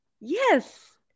Yes